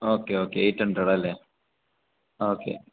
okay okay eight hundred അല്ലേ okay